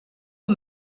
aux